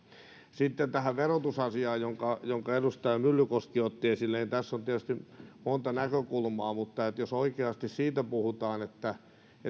sitten tähän verotusasiaan jonka jonka edustaja myllykoski otti esille tässä on tietysti monta näkökulmaa mutta jos oikeasti siitä puhutaan